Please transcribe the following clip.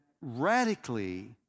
radically